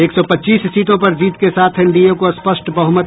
एक सौ पच्चीस सीटों पर जीत के साथ एनडीए को स्पष्ट बहमत